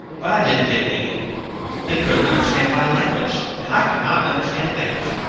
but i didn't get any they couldn't understand my language, and i could not understand theirs.